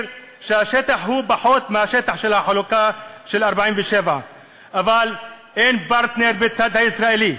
שהשטח הוא קטן מהשטח של החלוקה של 1947. אבל אין פרטנר בצד הישראלי.